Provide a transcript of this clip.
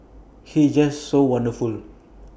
he is just so wonderful